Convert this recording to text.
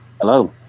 hello